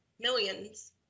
Millions